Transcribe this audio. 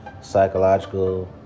psychological